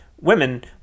women